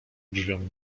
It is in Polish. drzwiom